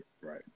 Right